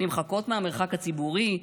נמחקות מהמרחב הציבורי,